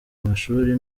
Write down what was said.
amashuri